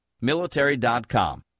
Military.com